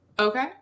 Okay